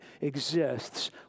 exists